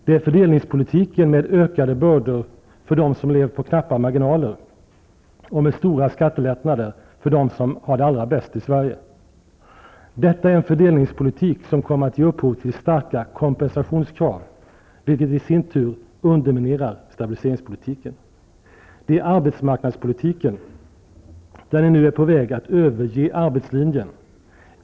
Det är fördelningspolitiken med ökade bördor för dem som lever på knappa marginaler och stora skattelättnader för dem som har det allra bäst i Detta är en fördelningspolitik som kommer att ge upphov till starka kompensationskrav, vilket i sin tur underminerar stabiliseringspolitiken. I arbetsmarknadspolitiken håller arbetslinjen på att överges.